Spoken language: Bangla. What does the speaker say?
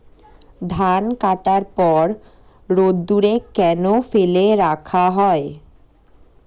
ধান কাটার পর রোদ্দুরে কেন ফেলে রাখা হয়?